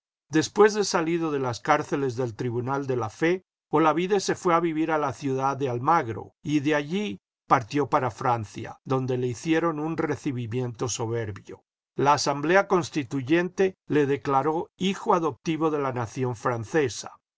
después de salido de las cárceles del tribunal de la fe olavide se fué a vivir a la ciudad de almagro y de allí partió para francia donde le hicieron un recibimiento soberbio la asamblea constituyente le declaró hijo adoptivo de la nación francesa